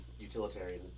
utilitarian